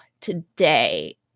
today